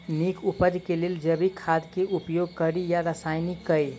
नीक उपज केँ लेल जैविक खाद केँ उपयोग कड़ी या रासायनिक केँ?